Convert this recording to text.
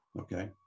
Okay